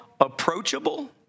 approachable